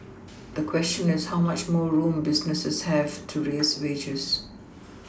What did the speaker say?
the question is how much more room businesses have to raise wages